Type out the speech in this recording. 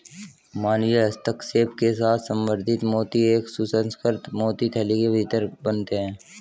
मानवीय हस्तक्षेप के साथ संवर्धित मोती एक सुसंस्कृत मोती थैली के भीतर बनते हैं